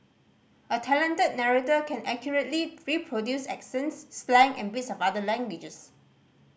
a talented narrator can accurately reproduce accents slang and bits of other languages